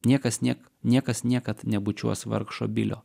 niekas niek niekas niekad nebučiuos vargšo bilio